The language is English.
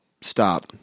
Stop